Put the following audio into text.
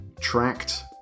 tracked